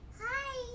hi